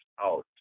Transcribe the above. out